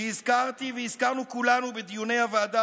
שהזכרתי והזכרנו כולנו בדיוני הוועדה